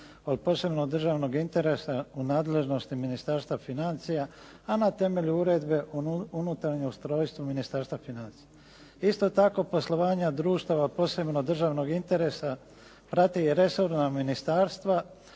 od posebnog državnog interesa u nadležnosti Ministarstva financija a na temelju Uredbe o unutarnjem ustrojstvu Ministarstva financija. Isto tako, poslovanja društava od posebnog državnog interesa prate i resorna ministarstva